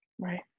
right